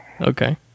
Okay